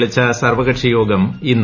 വിളിച്ച സർവ്വകക്ഷിയോഗം ഇന്ന്